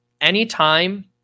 anytime